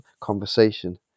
conversation